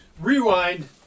Rewind